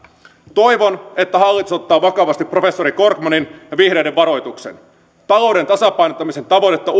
toivon että hallitus ottaa vakavasti professori korkmanin ja vihreiden varoituksen talouden tasapainottamisen tavoitetta